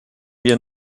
wir